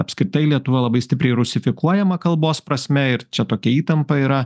apskritai lietuva labai stipriai rusifikuojama kalbos prasme ir čia tokia įtampa yra